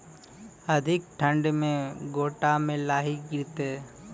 अधिक ठंड मे गोटा मे लाही गिरते?